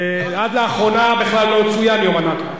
ועד לאחרונה בכלל לא צוין יום הנכבה.